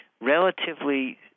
relatively